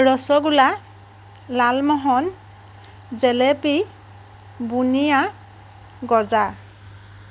ৰসগোল্লা লালমোহন জেলেপি বুন্দিয়া গজা